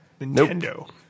Nintendo